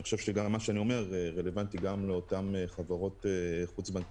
ואני חושב שמה שאני אומר רלוונטי גם לאותן חברות חוץ-בנקאיות,